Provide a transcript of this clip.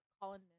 Colin